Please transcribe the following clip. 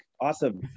Awesome